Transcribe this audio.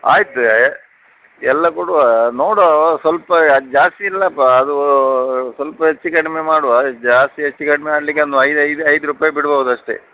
ಆಯಿತು ಎಲ್ಲ ಕೊಡುವ ನೋಡುವ ಸ್ವಲ್ಪ ಜಾಸ್ತಿ ಇಲ್ಲಪ್ಪ ಅದು ಸ್ವಲ್ಪ ಹೆಚ್ಚು ಕಡಿಮೆ ಮಾಡುವ ಜಾಸ್ತಿ ಹೆಚ್ಚು ಕಡಿಮೆ ಮಾಡಲಿಕ್ಕೆ ಒಂದು ಐದು ಐದು ಐದು ರೂಪಾಯಿ ಬಿಡ್ಬಹುದು ಅಷ್ಟೇ